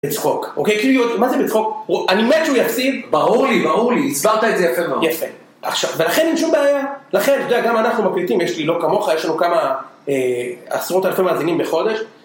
בצחוק, אוקיי? כאילו, מה זה בצחוק? אני מת שהוא יפסיד, ברור לי, ברור לי, הסברת את זה יפה ברור לי, יפה ולכן אין שום בעיה, לכן, גם אנחנו מקליטים, יש לי לא כמוך, יש לנו כמה, עשרות אלפים מאזינים בחודש